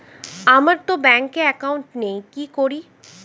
আমারতো ব্যাংকে একাউন্ট নেই কি করি?